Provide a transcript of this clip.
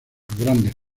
grandes